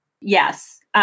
Yes